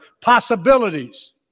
possibilities